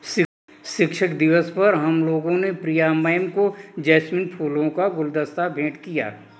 शिक्षक दिवस पर हम लोगों ने प्रिया मैम को जैस्मिन फूलों का गुलदस्ता भेंट किया